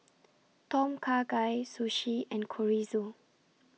Tom Kha Gai Sushi and Chorizo